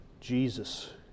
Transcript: jesus